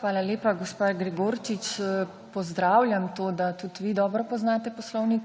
hvala lepa, gospa Gregorčič. Pozdravljam to, da tudi vi dobro poznate poslovnik.